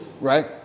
Right